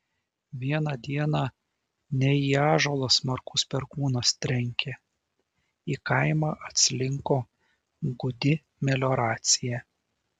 vieną dieną ne į ąžuolą smarkus perkūnas trenkė į kaimą atslinko gūdi melioracija